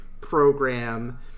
program